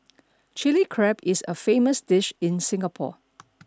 Chilli Crab is a famous dish in Singapore